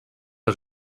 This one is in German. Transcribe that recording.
der